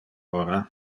ora